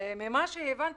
מה זה